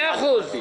מאה אחוז.